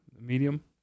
Medium